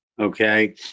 Okay